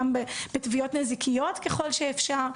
גם בתביעות נזיקיות ככל שאפשר,